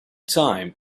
time